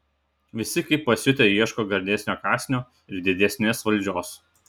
visi kaip pasiutę ieško gardesnio kąsnio ir didesnės valdžios